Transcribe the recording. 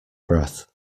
breath